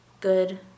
good